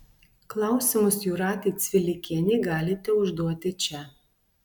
klausimus jūratei cvilikienei galite užduoti čia